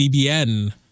CBN